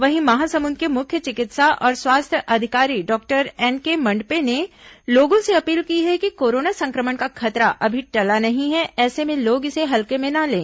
वहीं महासमुद के मुख्य चिकित्सा और स्वास्थ्य अधिकारी डॉक्टर एनके मंडपे ने लोगों से अपील की है कि कोरोना संक्रमण का खतरा अभी टला नहीं है ऐसे में लोग इसे हल्के में न लें